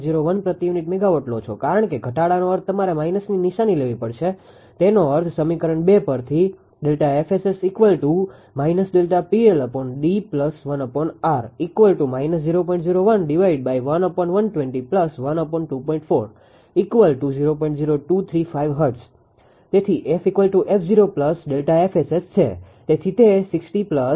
01 પ્રતિ unit megawatt લો છો કારણ કે ઘટાડાનો અર્થ તમારે માઈનસની નિશાની લેવી પડશે તેનો અર્થ સમીકરણ 2 પરથી તેથી f𝑓0 ΔFSS છે તેથી તે 600